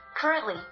Currently